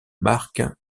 marc